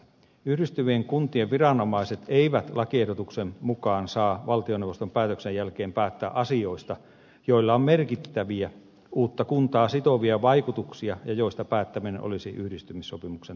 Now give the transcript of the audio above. yhdistyvien kuntien viranomaiset eivät lakiehdotuksen mukaan saa valtioneuvoston päätöksen jälkeen päättää asioista joilla on merkittäviä uutta kuntaa sitovia vaikutuksia ja joista päättäminen olisi yhdistymissopimuksen tarkoituksen vastaista